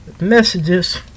messages